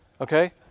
okay